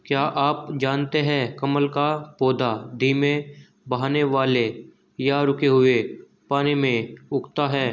क्या आप जानते है कमल का पौधा धीमे बहने वाले या रुके हुए पानी में उगता है?